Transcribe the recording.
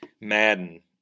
Madden